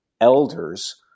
elders